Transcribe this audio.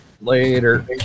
later